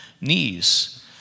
knees